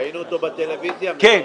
ראינו אותו בטלוויזיה מברך.